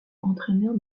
entraîneur